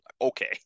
Okay